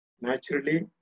Naturally